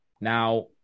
Now